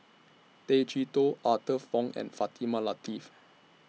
Tay Chee Toh Arthur Fong and Fatimah Lateef